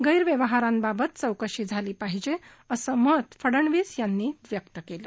गैरव्यवहाराबाबत चोकशी झाली पाहिजे असं मत फडणवीस यांनी व्यक्त केलं